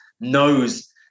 knows